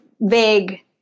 vague